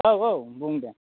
औ औ बुं दे